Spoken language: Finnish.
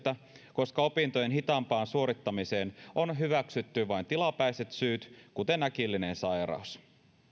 koska opintojen hitaampaan suorittamiseen on hyväksytty vain tilapäiset syyt kuten äkillinen sairaus